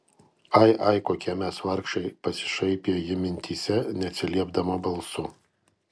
ai ai kokie mes vargšai pasišaipė ji mintyse neatsiliepdama balsu